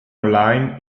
online